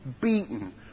beaten